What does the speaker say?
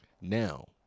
Now